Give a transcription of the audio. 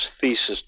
thesis